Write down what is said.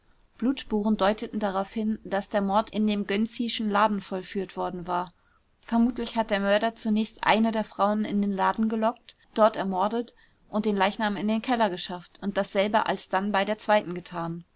blutspuren deuteten darauf hin daß der mord in dem gönczischen laden vollführt worden war vermutlich hat der mörder zunächst eine der frauen in den laden gelockt dort ermordet und den leichnam in den keller geschafft und dasselbe alsdann bei der zweiten getan